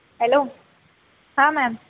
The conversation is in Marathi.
हॅलो हां मॅम